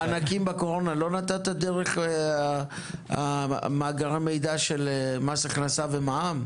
את המענקים בקורונה לא נתת דרך מאגרי המידע של מס הכנסה ומע"מ?